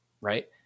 right